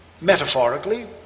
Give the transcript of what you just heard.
Metaphorically